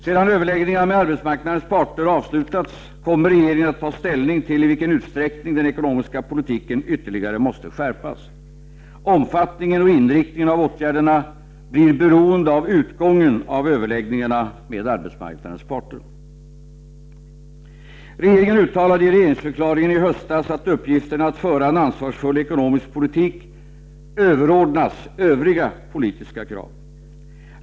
Sedan överläggningarna med arbetsmarknadens parter avslutats, kommer regeringen att ta ställning till i vilken utsträckning den ekonomiska politiken ytterligare måste skärpas. Omfattningen och inriktningen av åtgärderna blir beroende av utgången av överläggningarna med arbetsmarknadens parter. Regeringen uttalade i regeringsförklaringen i höstas att uppgiften att föra en ansvarsfull ekonomisk politik överordnas övriga politiska krav.